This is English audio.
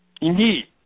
Indeed